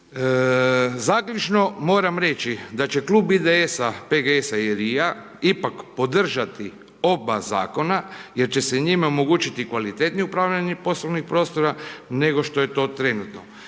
Zaključno moram reći da će klub IDS-a, PGS-a, RI-a ipak podržati oba Zakona jer će se njima omogućiti kvalitetnije upravljanje poslovnih prostora nego što je to trenutno.